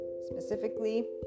specifically